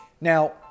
Now